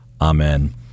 Amen